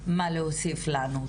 מה להוסיף לנו.